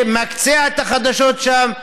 למקצע את החדשות שם,